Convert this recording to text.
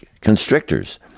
constrictors